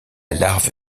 larve